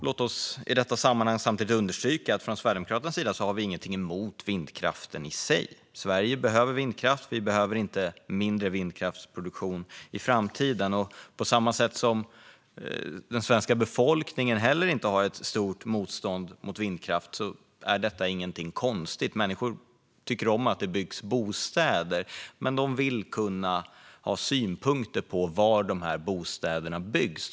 Låt oss i detta sammanhang samtidigt understryka att vi i Sverigedemokraterna inte har något emot vindkraften i sig. Sverige behöver vindkraft, och vi kommer inte att behöva mindre vindkraftsproduktion i framtiden. På samma sätt har den svenska befolkningen inte heller något stort motstånd mot vindkraft. Det är inget konstigt. Människor tycker om att det byggs bostäder, men de vill kunna ha synpunkter på var de byggs.